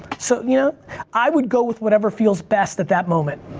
so you know i would go with whatever feels best at that moment.